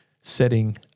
setting